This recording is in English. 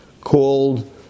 called